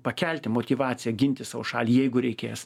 pakelti motyvaciją ginti savo šalį jeigu reikės